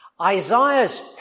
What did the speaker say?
Isaiah's